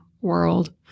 world